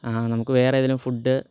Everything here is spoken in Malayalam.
ആ നമുക്ക് വേറെ ഏതെങ്കിലും ഫുഡ്